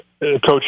coach